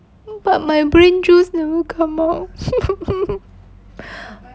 but my brain juice never come out